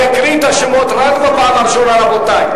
אני אקריא את השמות רק בפעם הראשונה, רבותי.